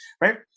right